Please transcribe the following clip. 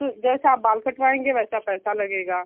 तो जैसा आप बाल कटवाएंगे वैसा पैसा लगेगा